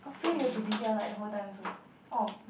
so you have to be here like the whole time also orh